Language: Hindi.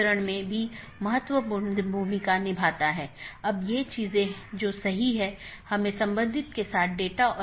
BGP किसी भी ट्रान्सपोर्ट लेयर का उपयोग नहीं करता है ताकि यह निर्धारित किया जा सके कि सहकर्मी उपलब्ध नहीं हैं या नहीं